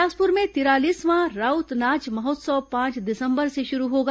बिलासपुर में तिरालीसवां राउत नाच महोत्सव पांच दिसंबर से शुरू होगा